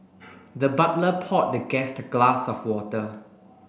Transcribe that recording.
the butler poured the guest a glass of water